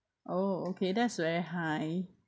oh okay that's very high